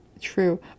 True